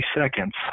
seconds